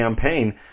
campaign